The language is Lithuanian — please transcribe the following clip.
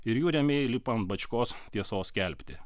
ir jų rėmėjai lipa ant bačkos tiesos skelbti